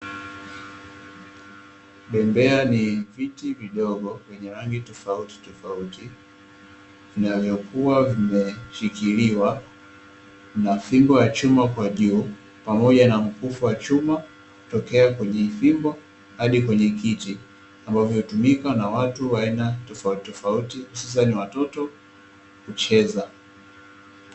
Bembea ni viti vidogo, vyenye rangi tofautitofauti vinavyokuwa vimeshikiliwa na fimbo ya chuma kwa juu pamoja na mkufu wa chuma kutokea kwenye fimbo hadi kwenye kiti, ambayo vinatumika na watu wa aina tofautitofauti hususani watoto kucheza.